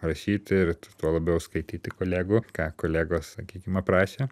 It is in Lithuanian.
rašyti ir tuo labiau skaityti kolegų ką kolegos sakykim aprašė